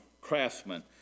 craftsmen